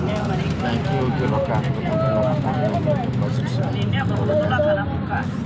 banking ಹೋಗಿ ರೊಕ್ಕ ಹಾಕ್ಕೋಬೇಕ್ ನಮ ಅಕೌಂಟಿಗಿ ಅಂದ್ರ ಡೆಪಾಸಿಟ್ ಸ್ಲಿಪ್ನ ತುಂಬಬೇಕ್